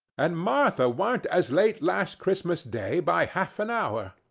and martha warn't as late last christmas day by half-an-hour?